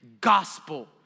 gospel